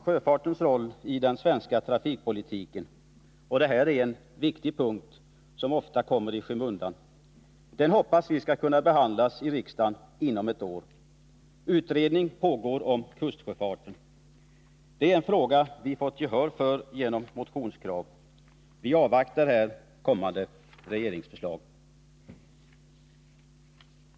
Sjöfartens roll i den svenska trafikpolitiken — och detta är en viktig punkt som ofta kommer i skymundan — hoppas vi skall kunna behandlas av riksdagen inom ett år. Utredning pågår om kustsjöfarten. Det är en fråga där vi vunnit gehör för våra motionskrav. Vi avvaktar här ett kommande regeringsförslag.